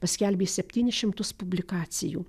paskelbė septynis šimtus publikacijų